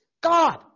God